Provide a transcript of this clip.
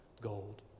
gold